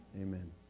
Amen